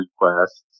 requests